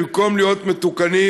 במקום להיות מתוקנים,